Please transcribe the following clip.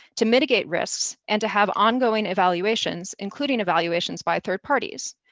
to mitigate risks and to have ongoing evaluations, including evaluations by third parties.